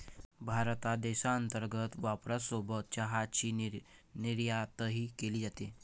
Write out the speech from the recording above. भारतात देशांतर्गत वापरासोबत चहाची निर्यातही केली जाते